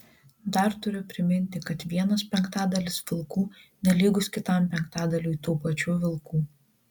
dar turiu priminti kad vienas penktadalis vilkų nelygus kitam penktadaliui tų pačių vilkų